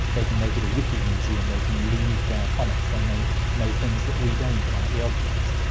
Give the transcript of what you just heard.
they can make it a wiki museum, they can leave their comments, they may know things that we don't about the objects.